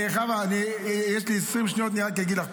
חוה, יש לי 20 שניות, אני רק אגיד לך.